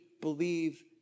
believe